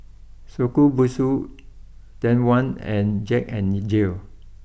Shokubutsu Danone and Jack N Jill